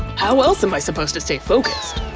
how else am i supposed to stay focused?